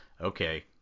okay